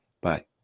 Bye